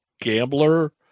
gambler